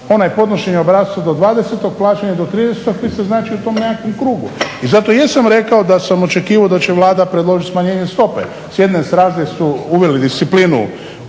ono podnošenje obrasca do dvadesetog, plaćanje do tridesetog. Vi ste znači u tom nekakvom krugu i zato jesam rekao da sam očekivao da će Vlada predložiti smanjenje stope. S jedne strane su uveli disciplinu